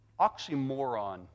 Oxymoron